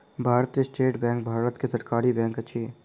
भारतीय state bank भारत के सरकारी बैंक अछि